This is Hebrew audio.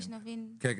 כן.